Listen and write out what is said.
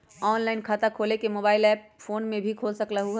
Online खाता खोले के मोबाइल ऐप फोन में भी खोल सकलहु ह?